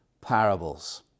parables